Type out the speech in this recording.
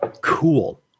cool